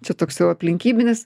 čia toks jau aplinkybinis